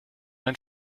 ein